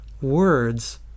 words